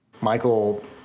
Michael